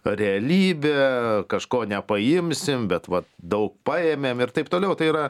realybe kažko nepaimsim bet vat daug paėmėm ir taip toliau tai yra